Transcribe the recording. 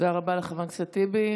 תודה רבה לחבר הכנסת טיבי.